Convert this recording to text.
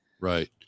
Right